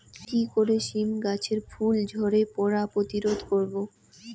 কি করে সীম গাছের ফুল ঝরে পড়া প্রতিরোধ করব?